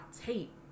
tape